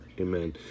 amen